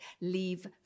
Leave